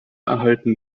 erhalten